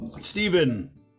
Stephen